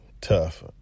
tough